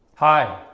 hi,